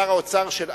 שר האוצר של אז,